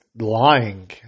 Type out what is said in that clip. lying